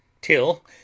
till